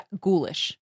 ghoulish